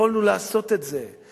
יכולנו לעשות את זה,